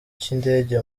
cy’indege